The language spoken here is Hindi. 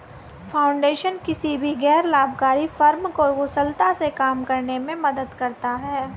फाउंडेशन किसी भी गैर लाभकारी फर्म को कुशलता से काम करने में मदद करता हैं